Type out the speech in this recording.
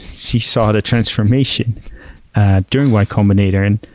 she saw the transformation during y combinator. and